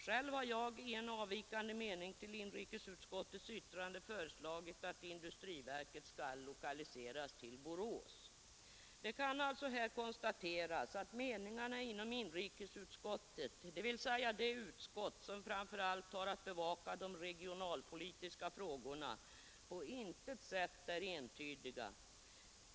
Själv har jag i en avvikande mening till inrikesutskottets yttrande föreslagit att industriverket skall lokaliseras till Borås. Det kan alltså konstateras att meningarna inom inrikesutskottet, dvs. det utskott som framför allt har att bevaka de regionalpolitiska frågorna, på intet sätt är entydiga.